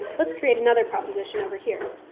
let's create another proposition over here.